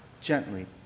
gently